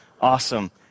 Awesome